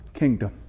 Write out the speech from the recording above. kingdom